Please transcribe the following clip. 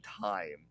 time